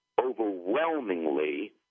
overwhelmingly